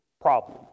problem